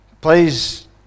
Please